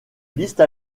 liste